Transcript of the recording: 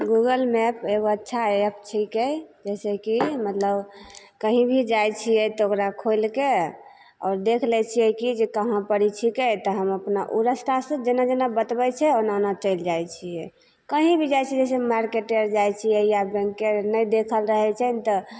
Google map एगो अच्छा app छिकै जाहिसेकि मतलब कहीँ भी जाइ छिए तऽ ओकरा खोलिके आओर देखि लै छिए कि कहाँपर छिकै तऽ हम अपना ओ रस्तासे जेना जेना बतबै छै ओना ओना चलि जाइ छिए कहीँ भी जाइ छिए जे मार्केटे आओर जाइ छिए या बैँकेमे नहि देखल रहै छै ने तऽ